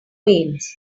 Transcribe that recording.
veins